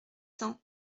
cents